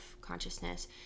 consciousness